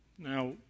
Now